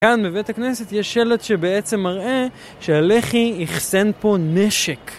כאן בבית הכנסת יש שלט שבעצם מראה שהלח"י אחסן פה נשק.